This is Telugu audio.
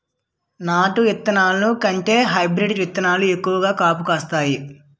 నాటు ఇత్తనాల కంటే హైబ్రీడ్ ఇత్తనాలు ఎక్కువ కాపు ఇత్తాయి